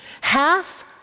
Half